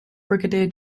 brigadier